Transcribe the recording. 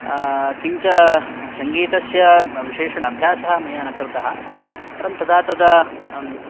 किञ्च सङ्गीतस्य विशेषेण अभ्यासः मया न कृतः परन्तु तदा तदा